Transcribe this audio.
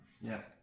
Yes